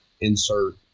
insert